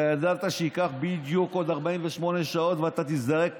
אתה ידעת שייקח בדיוק עוד 48 שעות ואתה תיזרק